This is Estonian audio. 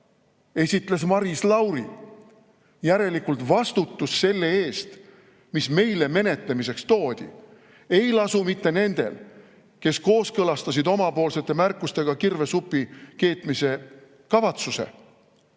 Esitles Maris Lauri. Järelikult vastutus selle eest, mis meile menetlemiseks toodi, ei lasu mitte nendel, kes kooskõlastasid oma märkustega kirvesupi keetmise kavatsuse,